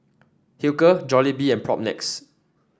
Hilker Jollibee and Propnex